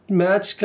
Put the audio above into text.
match